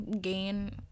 gain